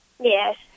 Yes